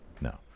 No